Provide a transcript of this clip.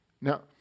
Now